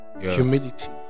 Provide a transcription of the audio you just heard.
Humility